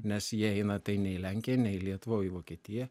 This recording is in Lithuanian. nes jie eina tai ne į lenkija ne į lietuvą o į vokietiją